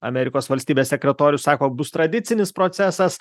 amerikos valstybės sekretorius sako bus tradicinis procesas